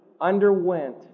underwent